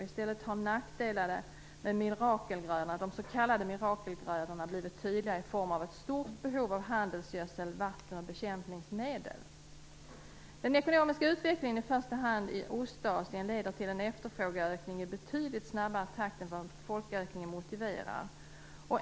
I stället har nackdelarna med de s.k. mirakelgrödorna blivit tydliga i form av ett stort behov av handelsgödsel, vatten och bekämpningsmedel. 2. Den ekonomiska utvecklingen i första hand i Ostasien leder till en efterfrågeökning i betydligt snabbare takt än vad folkökningen motiverar.